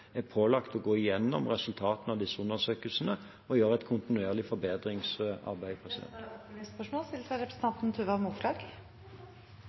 er pålagt å gå igjennom resultatene av disse undersøkelsene og gjøre et kontinuerlig forbedringsarbeid.